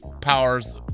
Powers